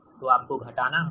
तो आपको घटाना होगा